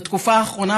בתקופה האחרונה,